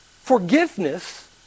Forgiveness